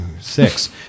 six